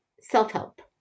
self-help